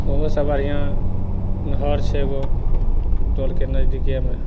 ओहोसे बढ़िआँ नहर छै एगो टोलके नजदीकेमे